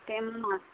চেম মাছ